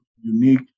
unique